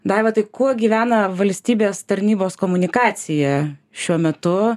daiva tai kuo gyvena valstybės tarnybos komunikacija šiuo metu